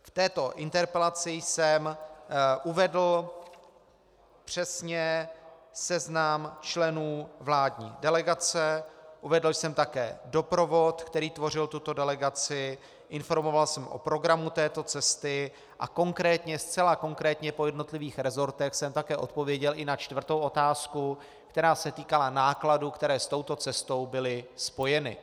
V této interpelaci jsem uvedl přesně seznam členů vládní delegace, uvedl jsem také doprovod, který tvořil tuto delegaci, informoval jsem o programu této cesty a konkrétně, zcela konkrétně, po jednotlivých resortech, jsem odpověděl i na čtvrtou otázku, která se týkala nákladů, které s touto cestou byly spojeny.